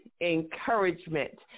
encouragement